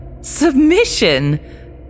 Submission